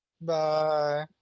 Bye